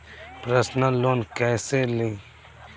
Personal loan कैसे ली?